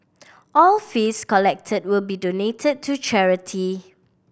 all fees collected will be donated to charity